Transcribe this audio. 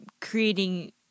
creating